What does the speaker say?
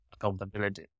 accountability